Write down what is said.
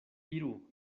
iru